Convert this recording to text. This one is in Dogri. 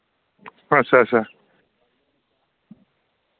अच्छा अच्छा